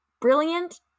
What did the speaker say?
brilliant